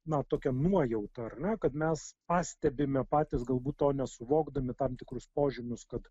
na tokia nuojauta kad mes pastebime patys galbūt to nesuvokdami tam tikrus požymius kad